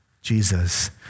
Jesus